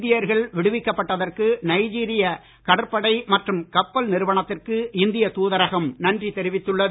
இந்தியர்கள் விடுவிக்கப்பட்டதற்கு நைஜீரிய கடற்படை மற்றும் கப்பல் நிறுவனத்திற்கு இந்திய தூதரகம் நன்றி தெரிவித்துள்ளது